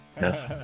yes